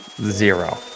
Zero